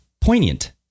poignant